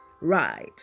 Right